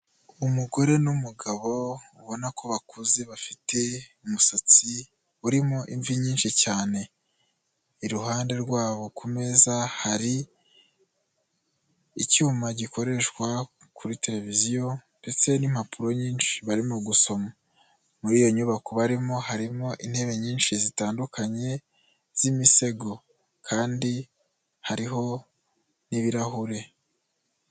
Umugore n'umugabo ubona ko bakuze, bafite umusatsi urimo imvi nyinshi cyane, iruhande rwabo ku meza hari icyuma gikoreshwa kuri televiziyo ndetse n'impapuro nyinshi barimo gusoma, muri iyo nyubako barimo, harimo intebe nyinshi zitandukanye z'imisego kandi hariho n'ibirahure.